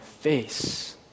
face